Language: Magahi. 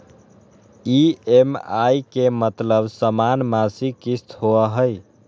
ई.एम.आई के मतलब समान मासिक किस्त होहई?